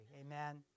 Amen